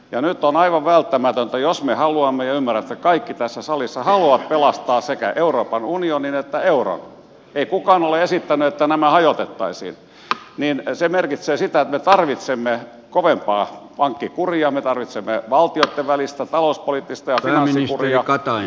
ja nyt on aivan välttämätöntä jos me haluamme ja ymmärrän että kaikki tässä salissa haluavat pelastaa sekä euroopan unionin että euron ei kukaan ole esittänyt että nämä hajotettaisiin että se merkitsee sitä että me tarvitsemme kovempaa pankkikuria me tarvitsemme valtioitten välistä talouspoliittista ja finanssikuria ja puhemies antoi puheenvuoron seuraavalle puhujalle